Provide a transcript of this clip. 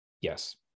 Yes